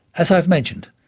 as i have mentioned,